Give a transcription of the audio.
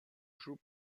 joue